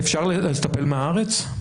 אפשר לטפל מהארץ?